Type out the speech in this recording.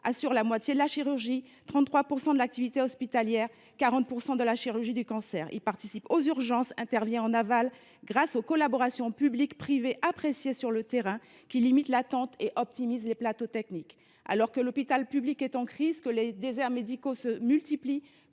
assure la moitié de la chirurgie, 33 % de l’activité hospitalière et 40 % de la chirurgie du cancer. Il participe aux urgences, intervient en aval, grâce aux collaborations public privé, appréciées sur le terrain, qui limitent l’attente et optimisent les plateaux techniques. Alors que l’hôpital public est en crise, que les déserts médicaux se multiplient,